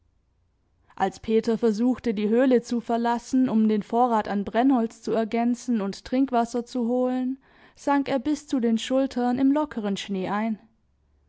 als peter versuchte die höhle zu verlassen um den vorrat an brennholz zu ergänzen und trinkwasser zu holen sank er bis zu den schultern im lockeren schnee ein